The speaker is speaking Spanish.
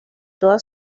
toda